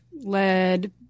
lead